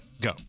Go